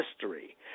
history